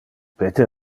peter